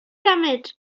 damit